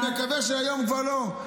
כבר לא --- אני מקווה שהיום כבר לא,